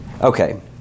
okay